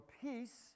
peace